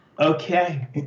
Okay